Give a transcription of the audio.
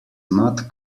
not